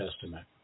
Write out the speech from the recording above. Testament